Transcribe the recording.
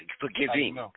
forgiving